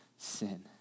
sin